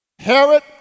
Herod